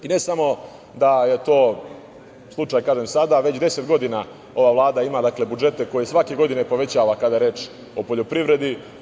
I ne samo da je to slučaj sada, već deset godina ova Vlada ima budžete koje svake godine povećava kada je reč o poljoprivredi.